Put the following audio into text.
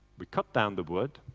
we cut down the wood,